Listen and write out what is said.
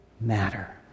matter